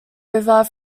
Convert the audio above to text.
river